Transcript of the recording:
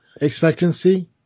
expectancy